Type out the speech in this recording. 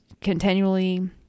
continually